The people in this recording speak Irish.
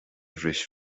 bhris